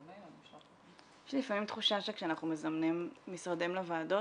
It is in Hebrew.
יש לי לפעמים תחושה שכשאנחנו מזמנים משרדים לוועדות